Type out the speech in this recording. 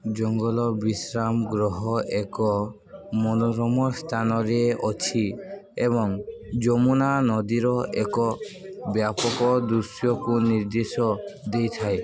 ଜଙ୍ଗଲ ବିଶ୍ରାମ ଗ୍ରହ ଏକ ମନୋରମ ସ୍ଥାନରେ ଅଛି ଏବଂ ଯମୁନା ନଦୀର ଏକ ବ୍ୟାପକ ଦୃଶ୍ୟକୁ ନିର୍ଦ୍ଦେଶ ଦେଇଥାଏ